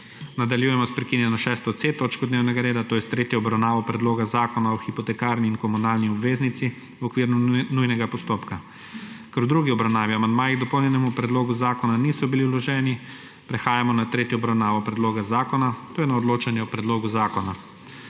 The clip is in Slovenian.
Nadaljujemo sprekinjeno 6.C točko dnevnega reda to je tretjo obravnavo Predloga zakona o hipotekarni in komunalni obveznici v okviru nujnega postopka. Ker v drugi obravnavi amandmaji k dopolnjenemu predlogu zakona niso bili vloženi, prehajamo na tretjo obravnavo predloga zakona, to je na odločanje o predlogu zakona.